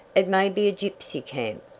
it may be a gypsy camp.